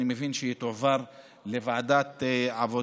אני מבין שהיא תועבר לוועדת העבודה,